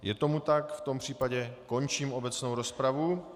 Je tomu tak, v tom případě končím obecnou rozpravu.